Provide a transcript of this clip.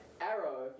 Arrow